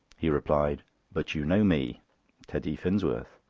he replied but you know me teddy finsworth.